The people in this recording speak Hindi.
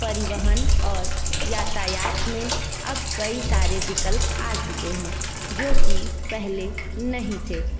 परिवहन और यातयात में अब कई सारे विकल्प आ चुके हैं जो कि पहले नहीं थे